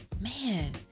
Man